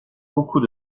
beaucoup